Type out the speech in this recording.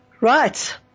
Right